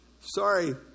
Sorry